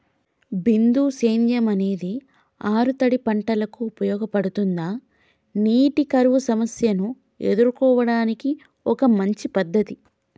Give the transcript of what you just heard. బిందు సేద్యం అనేది ఆరుతడి పంటలకు ఉపయోగపడుతుందా నీటి కరువు సమస్యను ఎదుర్కోవడానికి ఒక మంచి పద్ధతి?